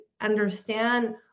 understand